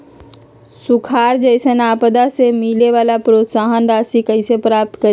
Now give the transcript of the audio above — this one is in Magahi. सुखार जैसन आपदा से मिले वाला प्रोत्साहन राशि कईसे प्राप्त करी?